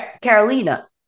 Carolina